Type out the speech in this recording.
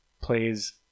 plays